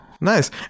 Nice